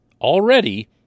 already